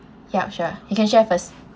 ya sure you can share first